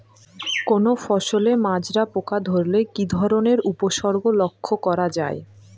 কোনো ফসলে মাজরা পোকা ধরলে কি ধরণের উপসর্গ লক্ষ্য করা যায়?